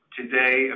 today